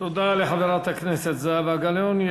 תודה לחברת הכנסת זהבה גלאון.